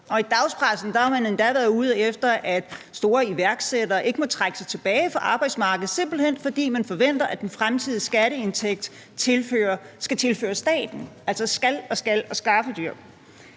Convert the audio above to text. I dagspressen har man endda været ude med, at store iværksættere ikke må trække sig tilbage fra arbejdsmarkedet, simpelt hen fordi man forventer, at den fremtidige skatteindtægt skal tilføres staten. Man siger altså »skal« og »skal« og »skaffedyr«.